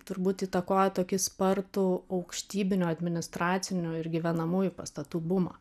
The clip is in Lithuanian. turbūt įtakoja tokį spartų aukštybinių administracinių ir gyvenamųjų pastatų bumą